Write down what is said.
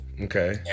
Okay